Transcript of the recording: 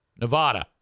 Nevada